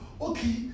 okay